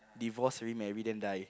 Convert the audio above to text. divorce remarry then die